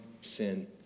sin